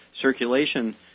circulation